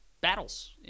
battles